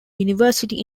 university